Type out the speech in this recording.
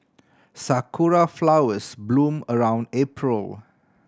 Sakura flowers bloom around April